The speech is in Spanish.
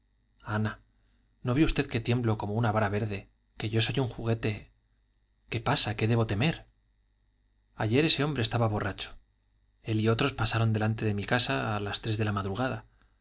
ana no ve usted que tiemblo como una vara verde yo no soy un juguete qué pasa qué debo temer ayer ese hombre estaba borracho él y otros pasaron delante de mi casa a las tres de la madrugada